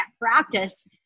practice